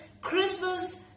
Christmas